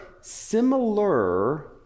similar